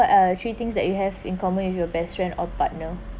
are three things that you have in common with your best friend or partner